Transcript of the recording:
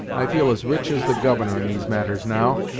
i feel as rich as the governor in these matters now,